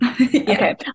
Okay